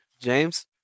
James